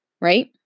right